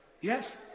Yes